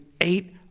eight